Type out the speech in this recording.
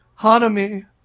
Hanami